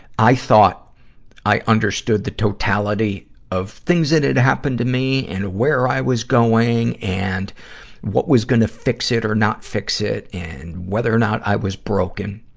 i thought i understood the totality of things that had happened to me and where i was going and what was gonna fix it or not fix it and whether or not i was broken.